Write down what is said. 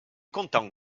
content